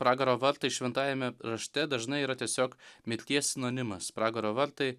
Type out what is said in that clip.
pragaro vartai šventajame rašte dažnai yra tiesiog mirties sinonimas pragaro vartai